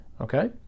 Okay